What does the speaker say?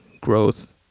growth